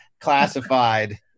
classified